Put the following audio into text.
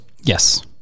Yes